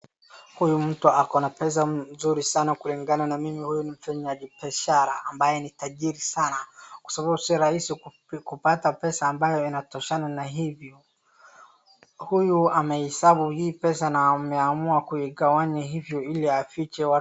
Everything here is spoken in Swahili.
Huyu mtu ako na pesa mzuri sana. Kulingana na mimi huyu ni mfanyibiashara ambaye ni tajiri sana kwa sababu si rahisi kupata pesa ambayo inatoshana na hivyo. Huyu amehesabu hii pesa na ameamua kuigawanya hivyo ili afiche.